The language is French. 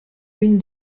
l’une